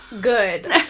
good